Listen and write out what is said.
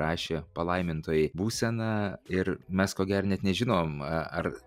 rašė palaimintoji būsena ir mes ko gero net nežinom a ar